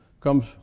comes